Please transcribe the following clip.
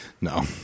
No